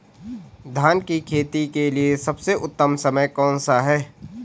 धान की खेती के लिए सबसे उत्तम समय कौनसा है?